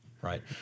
right